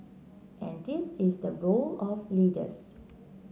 and this is the role of leaders